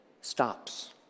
stops